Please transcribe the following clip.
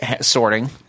sorting